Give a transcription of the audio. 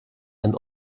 and